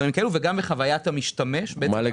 מה לגבי הריבית?